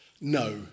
No